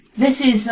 this is